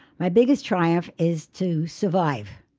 my biggest triumph is to survive,